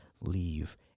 leave